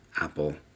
Apple